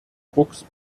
drucks